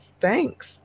thanks